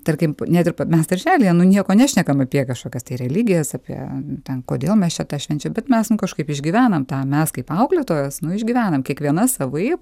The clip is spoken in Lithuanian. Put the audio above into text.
tarkim net ir mes darželyje nu nieko nešnekam apie kažkokias tai religijas apie ten kodėl mes čia tą švenčiam bet mes nu kažkaip išgyvenam tą mes kaip auklėtojos išgyvenam kiekviena savaip